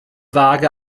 vage